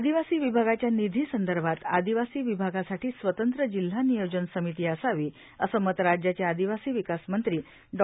आदिवासी विभागाच्या निधी संदर्भात आदिवासी विभागासाठी स्वतंत्र जिल्हा नियोजन समिती असावीर असे मत राज्याचे आदिवासी विकास मंत्री ॉ